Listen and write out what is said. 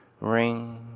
Ring